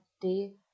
day